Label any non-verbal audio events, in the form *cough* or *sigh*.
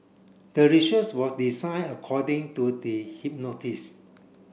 the research was design according to the *unintelligible*